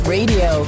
Radio